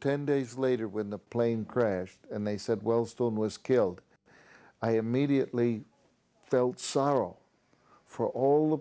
ten days later when the plane crashed and they said well storm was killed i immediately felt sorrow for all